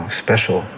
special